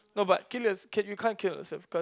no but kill yours~ you can't kill yourself cause